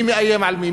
מי מאיים על מי.